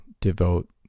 devote